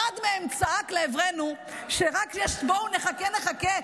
אחד מהם צעק לעברנו: בואו, נחכה, נחכה.